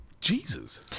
Jesus